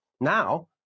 Now